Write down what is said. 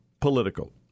political